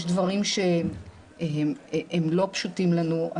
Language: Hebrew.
יש דברים שהם לא פשוטים לנו.